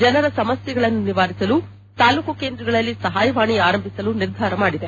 ಜನರ ಸಮಸ್ನೆಗಳನ್ನು ನಿವಾರಿಸಲು ತಾಲ್ಲೂಕು ಕೇಂದ್ರಗಳಲ್ಲಿ ಸಹಾಯವಾಣಿ ಆರಂಭಿಸಲು ನಿರ್ಧಾರ ಮಾಡಿದೆ